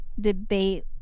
debate